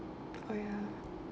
oh ya